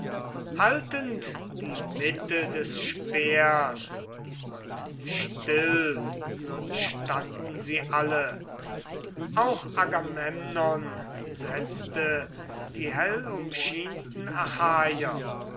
haltend die mitte des speers und still nun standen sie alle auf ihn spannten den bogen die hauptumlockten